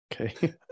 Okay